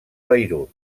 beirut